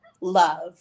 love